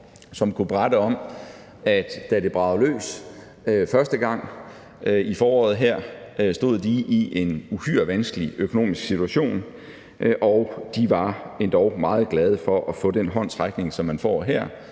de kunne berette om, at da det bragede løs første gang her i foråret, stod de i en uhyre vanskelig økonomisk situation, og de var endog meget glade for at få den håndsrækning, som man får her,